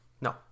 No